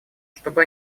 чтобы